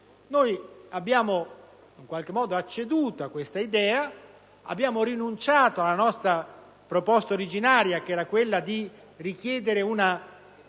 noi abbiamo in qualche modo acceduto a questa idea, abbiamo rinunciato alla nostra proposta originaria, quella di richiedere una